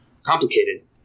complicated